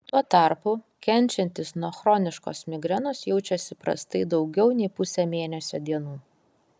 tuo tarpu kenčiantys nuo chroniškos migrenos jaučiasi prastai daugiau nei pusę mėnesio dienų